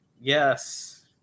Yes